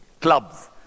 Clubs